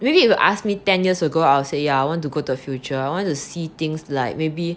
maybe if you ask me ten years ago I will say yeah I want to go to future I want to see things like maybe